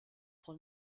von